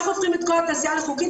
איך הופכים את כל התעשיה לחוקית,